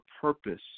purpose